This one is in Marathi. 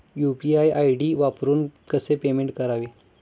यु.पी.आय आय.डी वापरून कसे पेमेंट करावे?